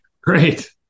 Great